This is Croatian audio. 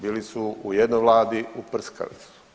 Bili su u jednoj Vladi, uprskali su.